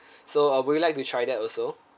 so uh would you like to try that also